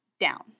down